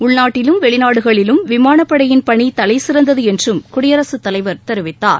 உள்நாட்டிலும் வெளிநாடுகளிலும் விமானப்படையின் பணி தலைசிறந்தது என்றும் குடியரசுத் தலைவர் தெரிவித்தார்